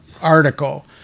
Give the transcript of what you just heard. article